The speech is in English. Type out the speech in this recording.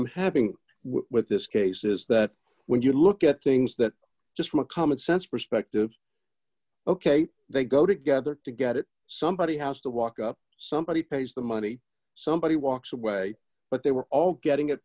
i'm having with this case is that when you look at things that just from a common sense perspective ok they go together to get it somebody's house the walk up somebody pays the money somebody walks away but they were all getting it